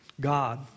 God